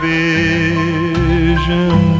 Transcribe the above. vision